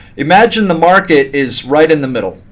imagine the market is right in the middle.